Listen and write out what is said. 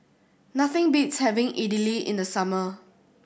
nothing beats having Idili in the summer